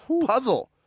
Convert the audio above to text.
puzzle